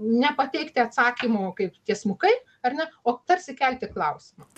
nepateikti atsakymo kaip tiesmukai ar ne o tarsi kelti klausimą